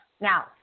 Now